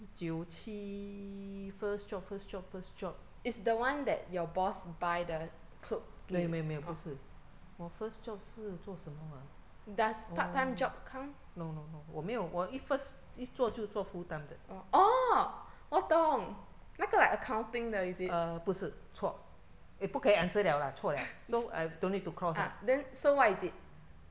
一九七 first job first job first job 没有没有没有不是我 first job 是做什么啊 no no no 我没有我一 first 一做就做 full time 的 err 不是错 eh 不可以 answer 了啦错了 so I don't need to cross ah